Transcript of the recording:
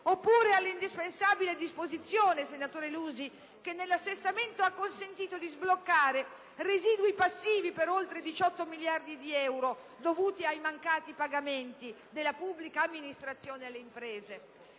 Oppure all'indispensabile disposizione, senatore Lusi, che nell'assestamento ha consentito di sbloccare residui passivi per oltre 18 miliardi di euro, dovuti ai mancati pagamenti della pubblica amministrazione alle imprese.